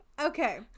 okay